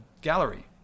gallery